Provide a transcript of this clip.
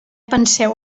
penseu